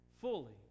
fully